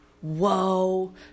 whoa